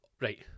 right